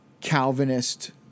Calvinist